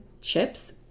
chips